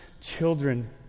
children